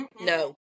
No